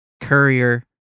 courier